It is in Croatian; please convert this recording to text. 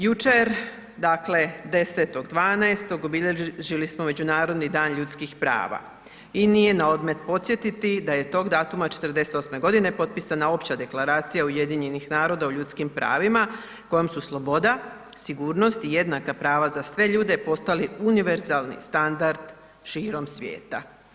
Jučer, dakle 10.12. obilježili smo Međunarodni dan ljudskih prava i nije na odmet podsjetiti da je tog datuma '48.g. potpisana opća Deklaracija UN-a o ljudskim pravima kojom su sloboda, sigurnost i jednaka prava za sve ljude postali univerzalni standard širom svijeta.